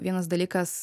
vienas dalykas